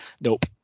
nope